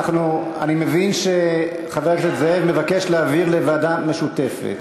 אני מבין שחבר הכנסת זאב מבקש להעביר לוועדה משותפת.